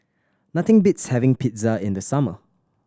nothing beats having Pizza in the summer